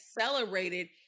accelerated